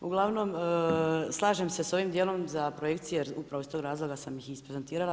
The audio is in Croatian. Uglavnom slažem se sa ovim dijelom za projekcije, jer upravo iz tog razloga sam ih i isprezentirala.